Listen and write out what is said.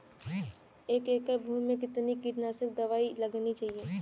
एक एकड़ भूमि में कितनी कीटनाशक दबाई लगानी चाहिए?